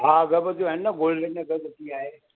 हा अगरबतियूं आहिनि न गोल्ड में अगरबती आहे